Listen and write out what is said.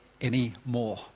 anymore